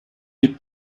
est